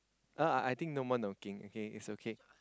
oh I I think no more knocking okay it's okay